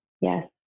yes